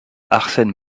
arsène